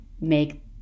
make